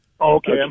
Okay